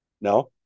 No